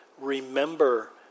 remember